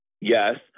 yes